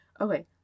Okay